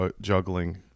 juggling